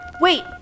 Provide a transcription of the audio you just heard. Wait